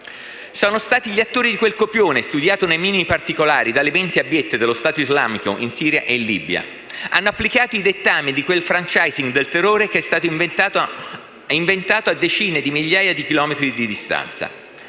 Sono stati gli attori di quel copione studiato nei minimi particolari dalle menti abbiette dello Stato islamico in Siria e in Libia. Hanno applicato i dettami di quel *franchising* del terrore che è stato inventato a decine di migliaia di chilometri di distanza;